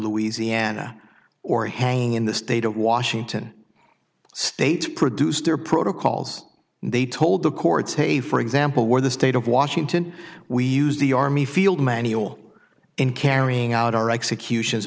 louisiana or hanging in the state of washington state produced their protocols they told the courts hey for example where the state of washington we use the army field manual in carrying out our executions